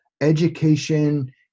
Education